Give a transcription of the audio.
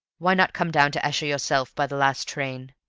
why not come down to esher yourself by the last train?